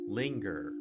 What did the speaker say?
linger